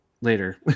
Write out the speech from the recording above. later